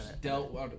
dealt